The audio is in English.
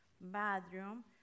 bathroom